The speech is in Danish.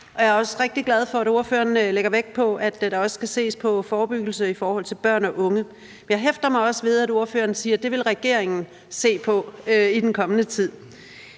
Jeg er også rigtig glad for, at ordføreren lægger vægt på, at der også skal ses på forebyggelse i forhold til børn og unge. Jeg hæfter mig også ved, at ordføreren siger, at det vil regeringen se på i den kommende tid.